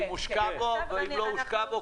אם הושקע בו ואם לא הושקע בו,